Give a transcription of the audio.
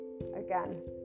again